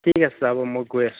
ঠিক আছে ছাৰ হ'ব মই গৈ আছো